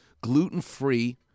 gluten-free